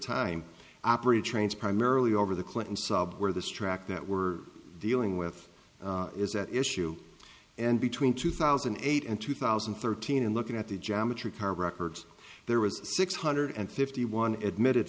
time operated trains primarily over the clinton sob where this track that we're dealing with is at issue and between two thousand and eight and two thousand and thirteen and looking at the jama tree car records there was six hundred and fifty one admitted